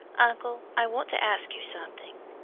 uncle, i want to ask you something.